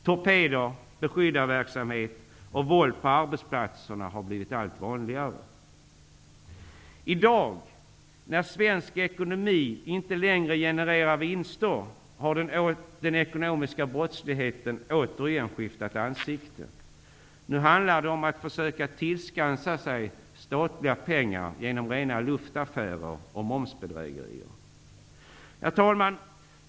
Torpeder, beskyddarverksamhet och våld på arbetsplatserna har blivit allt vanligare. I dag, när svensk ekonomi inte längre genererar vinster, har den ekonomiska brottsligheten återigen skiftat ansikte. Nu handlar det om att försöka tillskansa sig statliga pengar genom rena luftaffärer och momsbedrägerier. Herr talman!